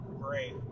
Great